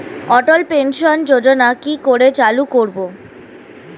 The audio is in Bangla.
অটল পেনশন যোজনার কি করে চালু করব?